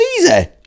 easy